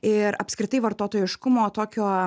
ir apskritai vartotojiškumo tokio